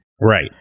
Right